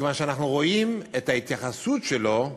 מכיוון שאנחנו רואים את ההתייחסות שלו,